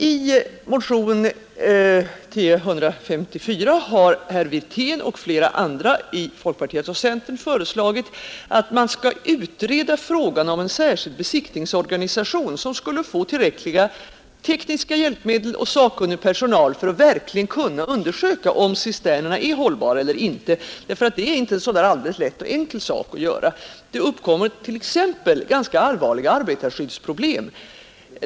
I motionen 1054 har herr Wirtén och flera andra i folkpartiet och centern föreslagit att man skall utreda frågan om en särskild besiktningsorganisation, som skulle få tillräckliga tekniska hjälpmedel och sakkunnig personal för att verkligen kunna undersöka om cisternerna är hållbara eller inte. Detta är nämligen inte en så där alldeles lätt och enkel sak att göra. Det uppkommer t.ex. ganska allvarliga arbetarskyddsproblem.